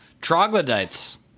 troglodytes